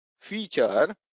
feature